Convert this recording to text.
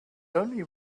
only